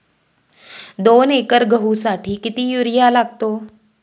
दोन एकर गहूसाठी किती युरिया लागतो?